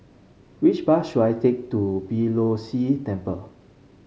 which bus should I take to Beeh Low See Temple